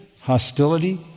hostility